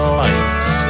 lights